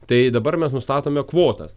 tai dabar mes nustatome kvotas